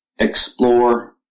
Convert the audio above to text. explore